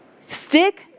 Stick